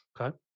Okay